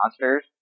monsters